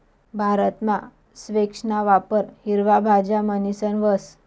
भारतमा स्क्वैशना वापर हिरवा भाज्या म्हणीसन व्हस